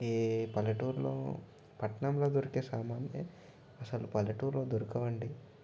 యే పల్లెటూర్లో పట్టణంలో దొరికే సామాన్లే అసలు పల్లెటూర్లో దొరకవండి